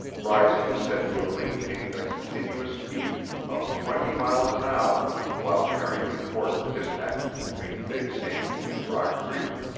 rising is said to have maintained a continuous speed of twenty miles an hour while carrying important dispatches between big sandy and rock creek.